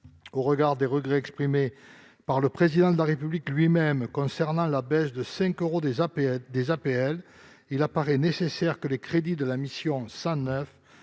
Au regard des regrets exprimés par le Président de la République lui-même concernant la baisse de 5 euros des APL, il apparaît nécessaire que les crédits du programme 109